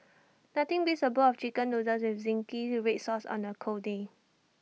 nothing beats A bowl of Chicken Noodles with Zingy Red Sauce on A cold day